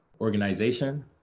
organization